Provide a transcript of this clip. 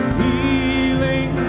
healing